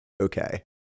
okay